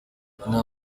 nta